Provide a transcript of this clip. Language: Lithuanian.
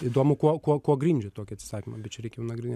įdomu kuo kuo kuo grindžia tokį atsisakymą bet čia reikia nagrinė